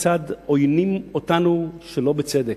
כיצד עוינים אותנו שלא בצדק,